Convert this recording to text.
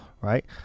Right